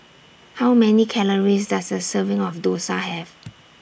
How Many Calories Does A Serving of Dosa Have